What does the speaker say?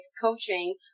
coaching